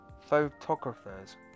photographers